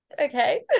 okay